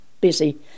busy